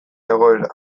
egoera